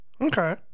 Okay